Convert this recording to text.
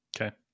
okay